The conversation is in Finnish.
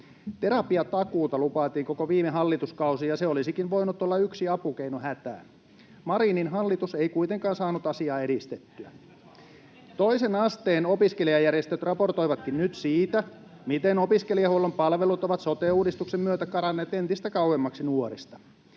Terapiatakuuta lupailtiin koko viime hallituskausi, ja se olisikin voinut olla yksi apukeino hätään. Marinin hallitus ei kuitenkaan saanut asiaa edistettyä. [Timo Heinonen: Äänestivät vastaan!] Toisen asteen opiskelijajärjestöt raportoivatkin nyt siitä, miten opiskelijahuollon palvelut ovat sote-uudistuksen myötä karanneet entistä kauemmaksi nuorista.